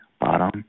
bottom